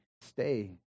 stay